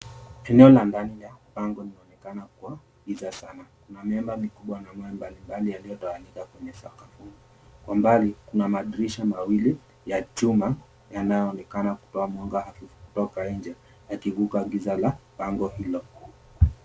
Eneo la ndani la pango linaonekana kuwa giza sana kuna miamba mikubwa na mawe mbali mbali yaliyotawanyika kwenye sakafu, kwa mbali kuna madirisha mawili ya chuma inayoonekana kutoa mwanga kutoka nje yakivuka giza la pango hilo.